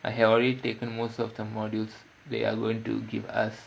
I have already taken most of the modules they are going to give us